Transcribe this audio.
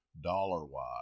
dollar-wise